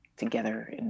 together